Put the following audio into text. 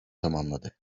tamamladı